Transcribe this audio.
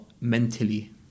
mentally